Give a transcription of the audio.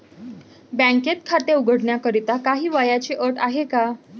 बँकेत खाते उघडण्याकरिता काही वयाची अट आहे का?